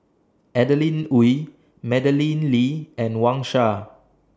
Adeline Ooi Madeleine Lee and Wang Sha